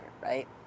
right